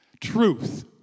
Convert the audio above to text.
truth